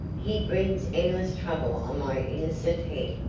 he brings endless trouble on my innocent head,